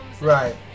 Right